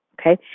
okay